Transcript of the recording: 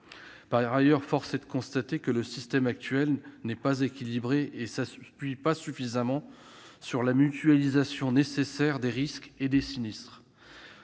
Par ailleurs, force est de constater que le système actuel n'est pas équilibré et ne s'appuie pas suffisamment sur la mutualisation nécessaire des risques et des sinistres.